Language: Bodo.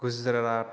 गुजरात